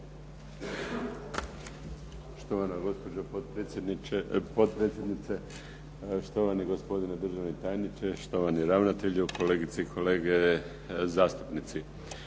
štovani gospodine državni tajniče, štovani ravnatelju, kolegice i kolege zastupnici.